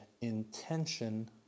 intention